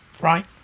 right